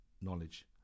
knowledge